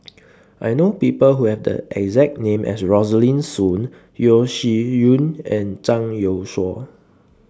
I know People Who Have The exact name as Rosaline Soon Yeo Shih Yun and Zhang Youshuo